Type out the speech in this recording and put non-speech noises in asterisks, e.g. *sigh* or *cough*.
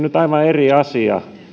*unintelligible* nyt aivan eri asia